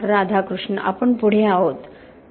राधाकृष्णआपण पुढे आहोत डॉ